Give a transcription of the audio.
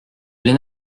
les